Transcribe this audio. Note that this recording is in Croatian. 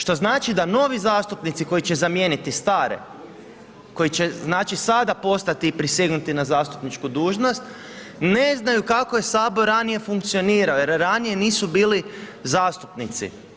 Što znači da novi zastupnici koji će zamijeniti stare koji će znači sada postati i prisegnuti na zastupničku dužnost ne znaju kako je Sabor ranije funkcionirao, jer ranije nisu bili zastupnici.